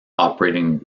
operating